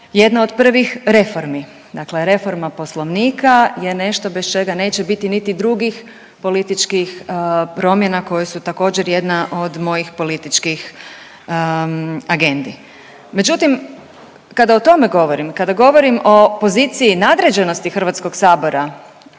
jedna od prvih reformi, dakle reforma poslovnika je nešto bez čega neće biti niti drugih političkih promjena koje su također jedna od mojih političkih agendi. Međutim, kada o tome govorim, kada govorim o poziciji nadređenosti HS-a Vladi,